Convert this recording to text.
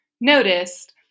noticed